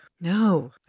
No